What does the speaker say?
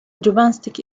gymnastics